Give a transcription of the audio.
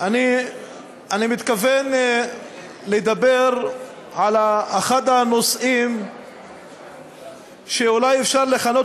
אני מתכוון לדבר על אחד הנושאים שאולי אפשר לכנות